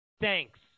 Thanks